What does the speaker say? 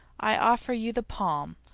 i offer you the palm.